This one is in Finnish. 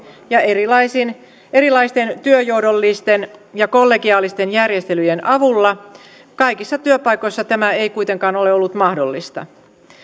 ja erilaisten työnjohdollisten ja kollegiaalisten järjestelyjen avulla kaikissa työpaikoissa tämä ei kuitenkaan ole ollut mahdollista